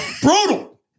Brutal